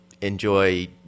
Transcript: enjoy